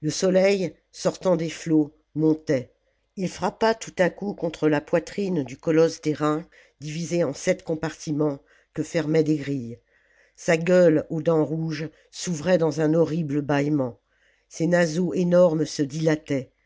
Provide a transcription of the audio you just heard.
le soleil sortant des flots montait il frappa tout à coup contre la poitrine du colosse d'airain divisé en sept compartiments que fermaient des grilles sa gueule aux dents rouges s'ouvrait dans un horrible bâillement ses naseaux énormes se dilataient